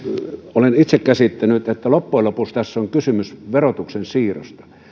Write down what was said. olen itse käsittänyt että loppujen lopuksi tässä on kysymys verotuksen siirrosta